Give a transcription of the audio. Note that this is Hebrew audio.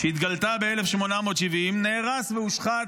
שהתגלתה ב-1870 נהרס והושחת,